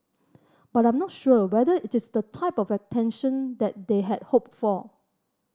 but I'm not sure whether it is the type of attention that they had hoped for